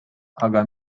aga